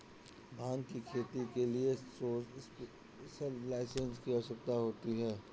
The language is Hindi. भांग की खेती के लिए स्पेशल लाइसेंस की आवश्यकता होती है